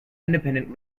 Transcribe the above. independent